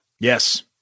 Yes